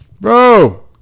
bro